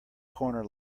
corner